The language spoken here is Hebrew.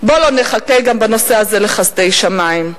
בוא לא נחכה גם בנושא הזה לחסדי שמים.